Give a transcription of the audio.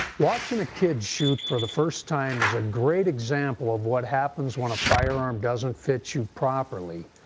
watching a kid shoot for the first time is a great example of what happens when a firearm doesn't fit you properly.